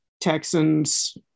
texans